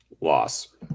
Loss